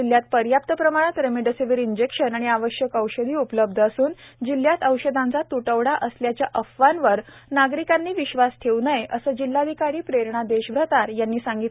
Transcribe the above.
जिल्हयात पर्याप्त प्रमाणात रेमडेसीवीर इंजेक्शन व आवश्यक औषधी उपलब्ध असून जिल्हयात औषधांचा त्टवडा असल्याच्या अफवावर नागरिकांनी विश्वास ठेऊ नये असे आवाहन जिल्हाधिकारी प्रेरणा देशभ्रतार यांनी केले आहे